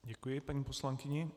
Děkuji paní poslankyni.